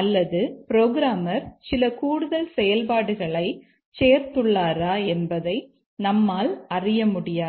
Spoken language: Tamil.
அல்லது புரோகிராமர் சில கூடுதல் செயல்பாடுகளைச் சேர்த்துள்ளாரா என்பதை நம்மால் அறிய முடியாது